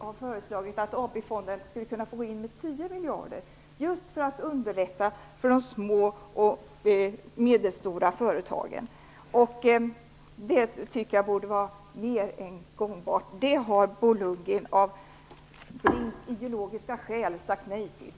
Vi har föreslagit att AP-fonden skall gå in med 10 miljarder, just för att underlätta för de små och medelstora företagen. Jag tycker att det borde vara mer än gångbart. Det har Bo Lundgren av ideologiska skäl sagt nej tack till.